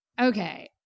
Okay